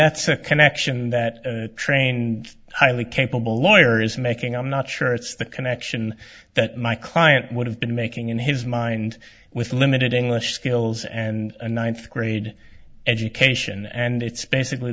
that's a connection that trained highly capable lawyer is making i'm not sure it's the connection that my client would have been making in his mind with limited english skills and a ninth grade education and it's basically